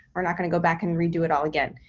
we're not gonna go back and redo it all again.